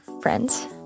Friends